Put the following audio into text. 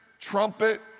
Trumpet